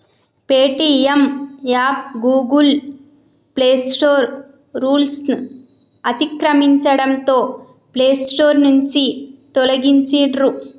Paytm app Google Play Store రూల్స్ను అతిక్రమించడంతో Play Store నుంచి తొలగించిర్రు